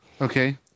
okay